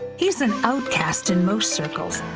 he is an outcast in most circles,